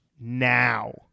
Now